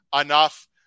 enough